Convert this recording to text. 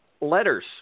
letters